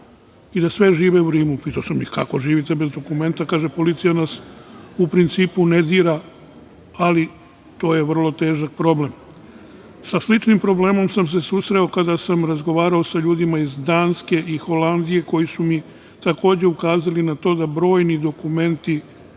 i da sve žive u Rimu. Pitam sam kako žive bez dokumenata. Kaže, policija nas u principu ne dira, ali to je vrlo težak problem. Sa sličnim problemom sam se susreo kada sam razgovarao sa ljudima iz Danske i Holandije koji su mi, takođe, ukazali na to da brojni Romi